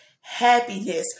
happiness